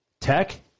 Tech